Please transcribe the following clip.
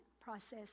process